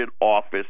office